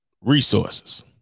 resources